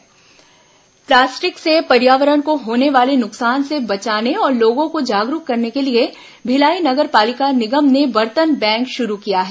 दुर्ग बर्तन bank plastic से पर्यावरण को होने वाले नुकसान से बचाने और लोगों को जागरूक करने के लिए भिलाई नगर पालिक निगम ने बर्तन बैंक शुरू किया है